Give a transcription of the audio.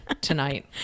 tonight